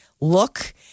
look